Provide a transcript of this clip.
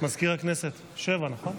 מזכיר הכנסת, שבע, נכון?